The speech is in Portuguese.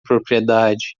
propriedade